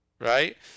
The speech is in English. right